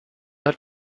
hat